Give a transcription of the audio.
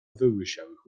wyłysiałych